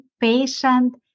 patient